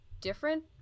different